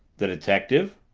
the detective?